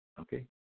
okay